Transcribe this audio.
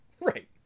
Right